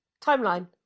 timeline